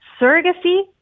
Surrogacy